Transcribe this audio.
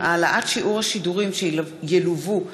ועדת שרים לענייני חקיקה),